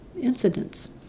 incidents